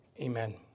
amen